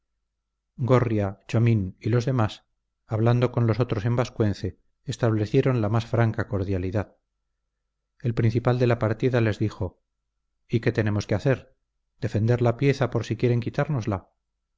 gorria chomín y los demás hablando con los otros en vascuence establecieron la más franca cordialidad el principal de la partida les dijo y qué tenemos que hacer defender la pieza por si quieren quitárnosla